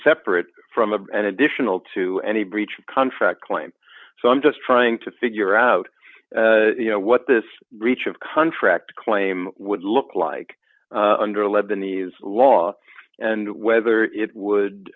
separate from of and additional to any breach of contract claim so i'm just trying to figure out you know what this reach of contract claim would look like under lebanese law and whether it would